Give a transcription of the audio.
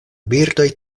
birdoj